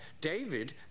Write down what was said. David